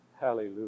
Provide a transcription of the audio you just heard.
Hallelujah